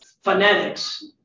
phonetics